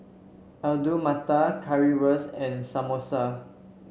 Alu Matar Currywurst and Samosa